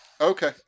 Okay